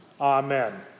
Amen